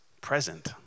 present